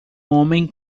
homem